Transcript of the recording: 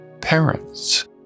parents